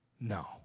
No